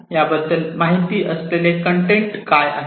याबद्दल माहिती असलेली कन्टेन्ट काय आहे